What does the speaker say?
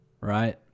right